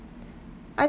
I